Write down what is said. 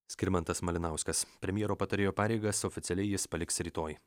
skirmantas malinauskas premjero patarėjo pareigas oficialiai jis paliks rytoj